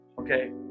okay